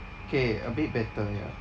K a bit better ya